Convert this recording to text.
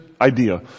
idea